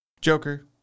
Joker